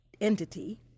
entity